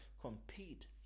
compete